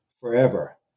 forever